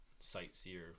Sightseer